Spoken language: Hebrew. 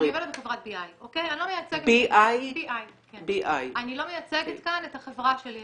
אני עובדת בחברת BI. אני לא מייצגת כאן את החברה שלי,